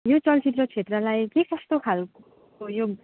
यो चलचित्र क्षेत्रलाई के कस्तो खालको